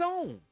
own